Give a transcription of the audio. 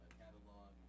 catalog